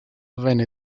venne